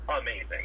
amazing